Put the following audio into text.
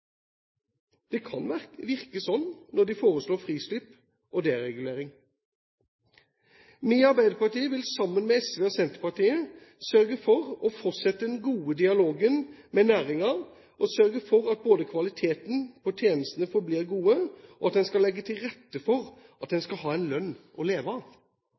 Det kan virke slik når de foreslår frislipp og deregulering. Vi i Arbeiderpartiet vil sammen med SV og Senterpartiet sørge for å fortsette den gode dialogen med næringen og sørge for at kvaliteten på tjenesten forblir god, og at en skal legge til rette for at en skal ha en lønn å leve av.